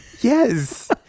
yes